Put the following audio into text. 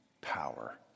power